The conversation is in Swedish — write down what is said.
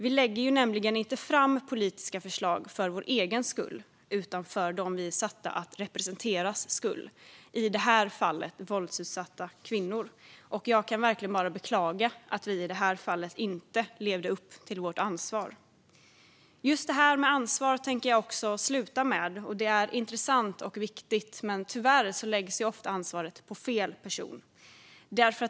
Vi lägger ju nämligen inte fram politiska förslag för vår egen skull; vi gör det för dem vi är satta att representera, i det här fallet våldsutsatta kvinnor. Jag kan verkligen bara beklaga att vi i det här fallet inte levde upp till vårt ansvar. Just det här med ansvar tänker jag också avsluta mitt anförande med. Det är intressant och viktigt, men tyvärr läggs ofta ansvaret på fel person.